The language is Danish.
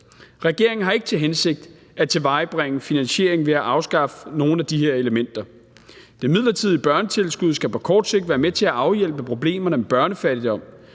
Regeringen har ikke til hensigt at tilvejebringe finansieringen ved at afskaffe nogle af de her elementer. Det midlertidige børnetilskud skal på kort sigt være med til at afhjælpe problemerne med børnefattigdom.